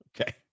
Okay